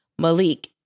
Malik